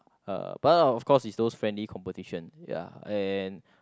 uh but then of course is those friendly competition ya and